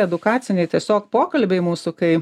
edukaciniai tiesiog pokalbiai mūsų kai